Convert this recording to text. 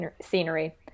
scenery